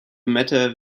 matter